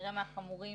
כנראה מהחמורים